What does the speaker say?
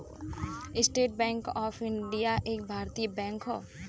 estate Bank of India एक भारतीय bank हौ